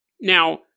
Now